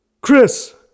Chris